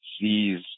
sees